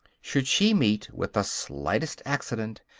should she meet with the slightest accident,